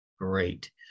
great